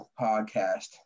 podcast